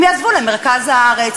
הם יעזבו למרכז הארץ.